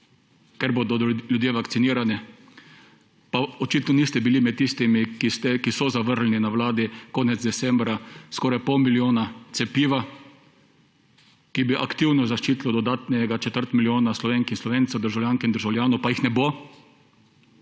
ker bodo ljudje vakcinirani. Pa očitno niste bili med tistimi, ki so zavrnili na Vladi konec decembra skoraj pol milijona cepiva, ki bi aktivno zaščitilo dodatnega četrt milijona Slovenk in Slovencev, državljank in državljanov, pa jih ne bo,